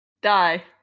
die